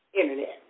Internet